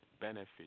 benefit